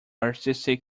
artistic